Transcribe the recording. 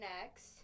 next